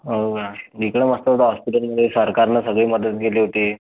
हो का मी इकडं मस्त होतो हॉस्पिटलमध्ये सरकारनं सगळी मदत दिली होती